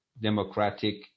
democratic